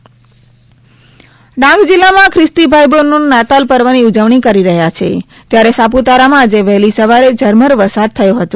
ડાંગ વરસાદ ડાંગ જિલ્લામાં ખ્રિસ્તી ભાઇબહેનો નાતાલ પર્વની ઉજવણી કરી રહ્યા છે ત્યારે સાપુતારામાં આજે વહેલી સવારે ઝરમર વરસાદ થયો હતો